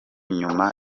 nyuma